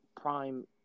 prime